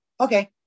okay